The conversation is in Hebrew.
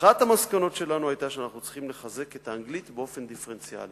אחת המסקנות שלנו היתה שאנחנו צריכים לחזק את האנגלית באופן דיפרנציאלי.